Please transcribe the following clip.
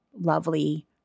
lovely